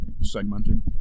Segmented